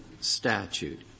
statute